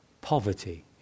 poverty